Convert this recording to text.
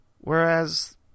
whereas